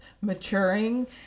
maturing